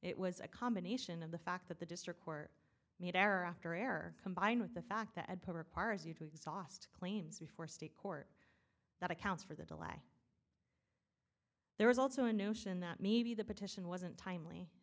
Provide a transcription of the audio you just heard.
it was a combination of the fact that the district court made error after error combined with the fact that prepares you to exhaust claims before state court that accounts for the delay there was also a notion that maybe the petition wasn't timely